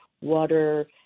water